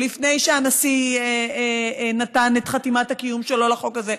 לפני שהנשיא נתן את חתימת הקיום שלו לחוק הזה.